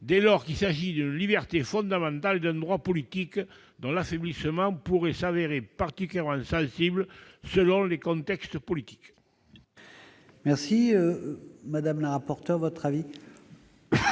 dès lors qu'il s'agit d'une liberté fondamentale et d'un droit politique, dont l'affaiblissement pourrait s'avérer particulièrement sensible, selon le contexte politique. Quel est l'avis